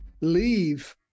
leave